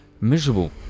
miserable